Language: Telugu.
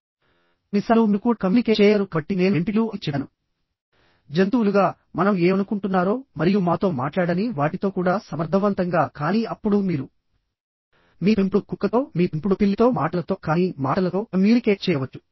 కొన్నిసార్లు మీరు కూడా కమ్యూనికేట్ చేయగలరు కాబట్టి నేను ఎంటిటీలు అని చెప్పాను జంతువులుగా మనం ఏమనుకుంటున్నారో మరియు మాతో మాట్లాడని వాటితో కూడా సమర్థవంతంగా కానీ అప్పుడు మీరు మీ పెంపుడు కుక్కతో మీ పెంపుడు పిల్లితో మాటలతో కాని మాటలతో కమ్యూనికేట్ చేయవచ్చు